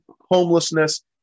homelessness